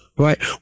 right